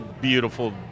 beautiful